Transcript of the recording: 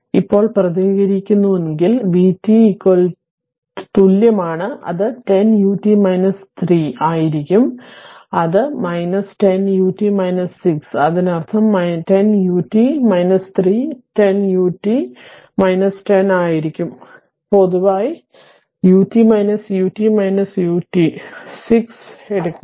അതിനാൽ ഇപ്പോൾ പ്രതിനിധീകരിക്കുന്നുവെങ്കിൽ v t തുല്യമാണ് അത് 10 ut 3 is isour ആയിരിക്കും ഇത് ഒന്ന് 10 ut 6 അതിനർത്ഥം ഇത് 10 ut 3 10 ut 10 ആയിരിക്കും പൊതുവായ ut ut ut 6 right എടുക്കുക